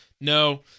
No